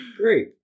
great